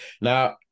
Now